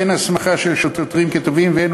הן הסמכה של שוטרים כתובעים והן,